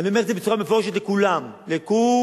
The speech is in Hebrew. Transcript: אני אומר את זה בצורה מפורשת לכולם, לכ-ו-ל-ם.